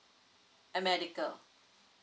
um medical